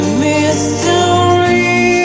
mystery